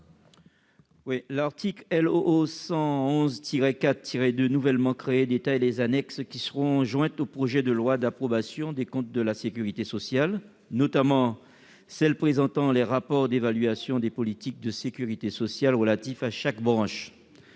de la sécurité sociale nouvellement créé détaille les annexes qui seront jointes au projet de loi d'approbation des comptes de la sécurité sociale, notamment celles qui présentent les rapports d'évaluation des politiques de sécurité sociale relatifs à chaque branche.